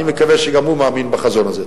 אני מקווה שגם הוא מאמין בחזון הזה.